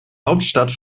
hauptstadt